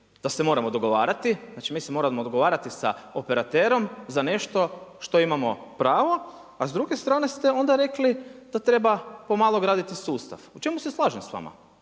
da se moramo dogovarati, znači mi se moramo dogovarati sa operaterom za nešto što imamo pravo, a s druge strane ste onda rekli treba pomalo graditi sustav, po čemu se slažem s vama.